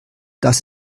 das